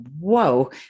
whoa